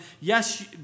Yes